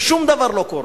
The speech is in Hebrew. ושום דבר לא קורה,